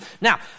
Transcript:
Now